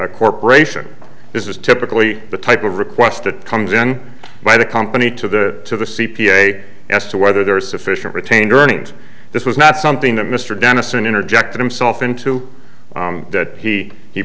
corporation this is typically the type of request that comes in by the company to the to the c p a as to whether there is sufficient retained earnings this was not something that mr dennison interject himself into that he he